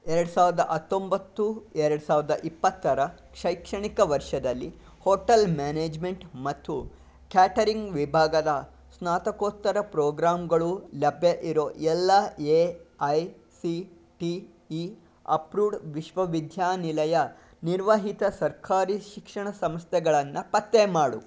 ಎರಡು ಸಾವಿರದ ಹತ್ತೊಂಬತ್ತು ಎರಡು ಸಾವಿರದ ಇಪ್ಪತ್ತರ ಶೈಕ್ಷಣಿಕ ವರ್ಷದಲ್ಲಿ ಹೋಟಲ್ ಮ್ಯಾನೇಜ್ಮೆಂಟ್ ಮತ್ತು ಕ್ಯಾಟರಿಂಗ್ ವಿಭಾಗದ ಸ್ನಾತಕೋತ್ತರ ಪ್ರೋಗ್ರಾಮ್ಗಳು ಲಭ್ಯ ಇರೋ ಎಲ್ಲ A I C T E approved ವಿಶ್ವವಿದ್ಯಾನಿಲಯ ನಿರ್ವಹಿತ ಸರ್ಕಾರಿ ಶಿಕ್ಷಣ ಸಂಸ್ಥೆಗಳನ್ನು ಪತ್ತೆ ಮಾಡು